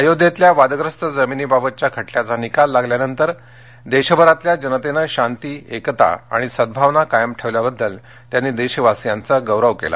अयोध्येतल्या वाद्यस्त जमिनीबाबतच्या खटल्याचा निकाललागल्यानंतर देशभरातल्या जनतेनं शांती एकता आणि सद्भावना कायम ठेवल्याबद्दल त्यांनी देशवासियांचागौरव केला